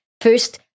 first